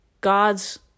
God's